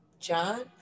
John